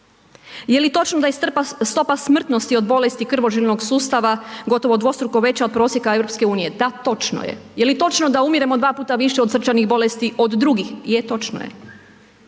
Jeli točno da je stopa smrtnosti od bolesti krvožilnog sustava gotovo dvostruko veća od prosjeka EU? Da, točno je. Jeli točno da umiremo dva puta više od srčanih bolesti od dugih? Je, točno je.